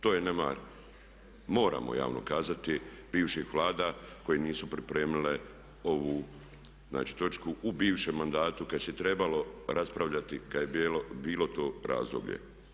To je nemar, moramo javno kazati, bivših Vlada koje nisu pripremile ovu znači točku u bivšem mandatu kada se trebalo raspravljati, kada je bilo to razdoblje.